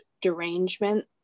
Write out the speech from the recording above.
derangement